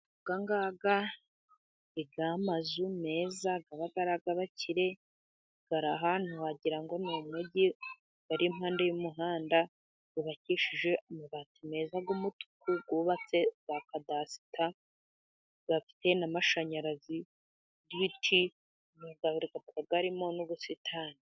Aya ngaya ni ya mazu meza aba ari ay'abakire ari ahantu wagira ngo ni umugi, ari impande y'umuhanda. Yubakishije amabati meza y'umutuku yubatse bwa kadasita afite n'amashanyarazi n'ibiti akaba arimo n'ubusitani.